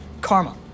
karma